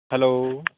hello